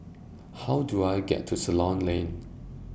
How Do I get to Ceylon Lane